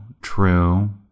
true